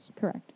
correct